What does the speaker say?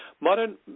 Modern